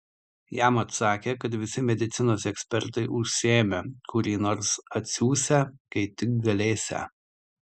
jam atsakė kad visi medicinos ekspertai užsiėmę kurį nors atsiųsią kai tik galėsią